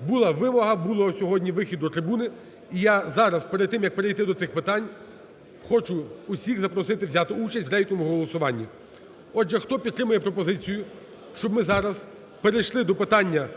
Була вимога, був сьогодні вихід до трибуни, і я зараз, перед тим, як перейти до цих питань, хочу всіх запросити взяти участь в рейтинговому голосуванні. Отже, хто підтримує пропозицію, щоб ми зараз перейшли до питання